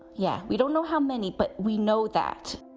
yeah, we don't know how many, but we know that